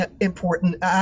important